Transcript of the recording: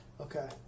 Okay